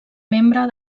membre